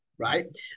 Right